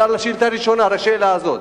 זה על השאילתא הראשונה, על השאלה הזאת.